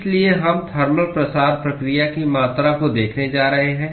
इसलिए हम थर्मल प्रसार प्रक्रिया की मात्रा को देखने जा रहे हैं